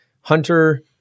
Hunter